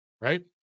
right